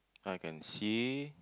I can see